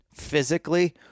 physically